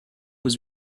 was